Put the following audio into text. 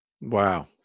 Wow